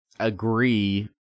agree